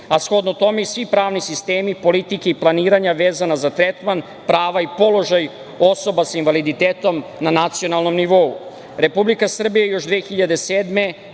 a shodno tome i svi pravni sistemi politike i planiranja vezana za tretman, prava i položaj osoba sa invaliditetom na nacionalnom nivou.